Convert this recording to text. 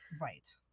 Right